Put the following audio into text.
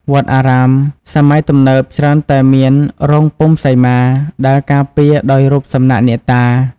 វត្តអារាមសម័យទំនើបច្រើនតែមាន រោងពុទ្ធសីមា ដែលការពារដោយរូបសំណាកអ្នកតា។